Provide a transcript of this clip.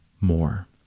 more